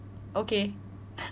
okay